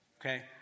Okay